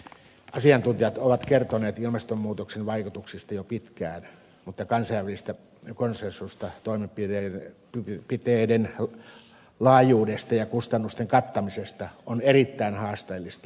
asiantuntijat ovat kertoneet ilmastonmuutoksen vaikutuksista jo pitkään mutta kansainvälistä konsensusta toimenpiteiden laajuudesta ja kustannusten kattamisesta on erittäin haasteellista löytää